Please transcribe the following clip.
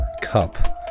cup